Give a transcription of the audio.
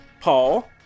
Paul